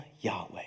Yahweh